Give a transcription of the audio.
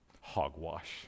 Hogwash